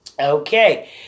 Okay